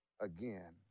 again